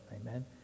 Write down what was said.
amen